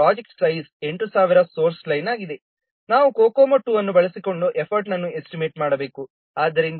ಅಂದರೆ project size 8000 source line ಆಗಿದೆ ನಾವು COCOMO II ಅನ್ನು ಬಳಸಿಕೊಂಡು ಎಫರ್ಟ್ನನ್ನು ಎಸ್ಟಿಮೇಟ್ ಮಾಡಬೇಕು